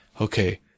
Okay